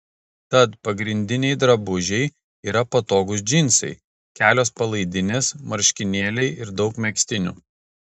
tad pagrindiniai drabužiai yra patogūs džinsai kelios palaidinės marškinėliai ir daug megztinių